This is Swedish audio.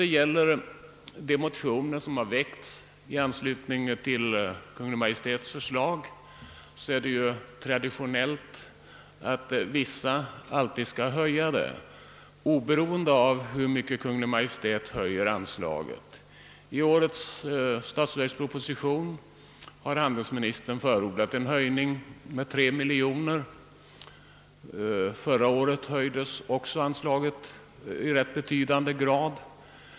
Vad beträffar de motioner som väckts i anslutning till Kungl. Maj:ts förslag förhåller det sig traditionellt så, att vissa alltid vill höja anslaget, oberoende av hur mycket Kungl. Maj:t höjer det. I årets statsverksproposition har handelsministern föreslagit en höjning av 3 miljoner kronor. Förra året höjdes anslaget också i betydande grad.